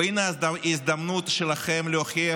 והינה ההזדמנות שלכם להוכיח